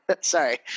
Sorry